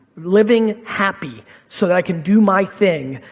living happy so that i can do my thing,